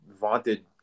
vaunted